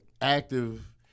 active